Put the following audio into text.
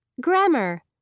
Grammar